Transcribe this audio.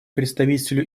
представителю